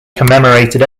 commemorated